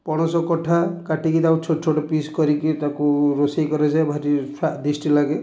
ପଣସ କଠା କାଟିକି ତାକୁ ଛୋଟ ଛୋଟ ପିସ୍ କରିକି ତାକୁ ରୋଷେଇ କରାଯାଏ ଭାରି ସ୍ୱାଦିଷ୍ଟ ଲାଗେ